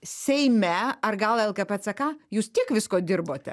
seime ar gal lkp ck jūs tiek visko dirbote